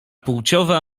płciowa